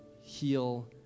heal